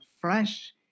fresh